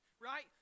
right